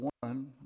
one